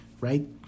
right